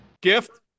Gift